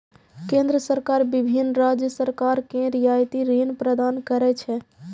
केंद्र सरकार विभिन्न राज्य सरकार कें रियायती ऋण प्रदान करै छै